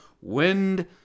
wind